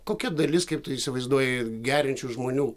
kokia dalis kaip tu įsivaizduoji geriančių žmonių